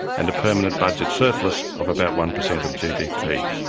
and a permanent budget surplus of about one percent of gdp.